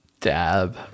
dab